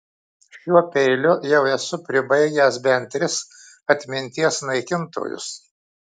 šiuo peiliu jau esu pribaigęs bent tris atminties naikintojus